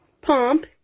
Pomp